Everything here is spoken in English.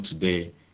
today